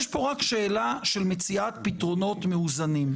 יש פה רק שאלה של מציאת פתרונות מאוזנים.